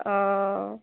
অঁ